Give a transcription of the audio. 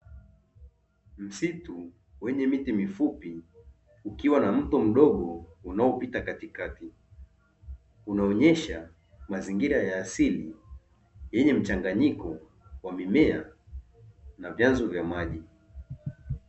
Msitu wenye miti mifupi ukiwa na mto mdogo unaopita katikati, unaonyesha mazingira ya asili yenye mchanyiko wa mimea na vyanzo vya maji.